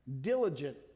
diligent